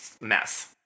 mess